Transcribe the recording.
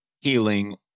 healing